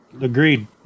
Agreed